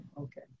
Okay